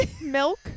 milk